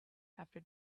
after